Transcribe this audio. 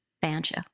banjo